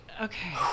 okay